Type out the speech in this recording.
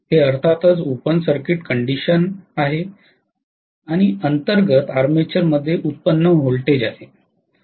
हे अर्थातच open circuit condition अंतर्गत आर्मेचर मध्ये व्युत्पन्न व्होल्टेज आहे